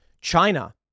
China